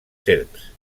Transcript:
serps